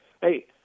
Hey